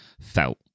felt